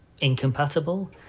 incompatible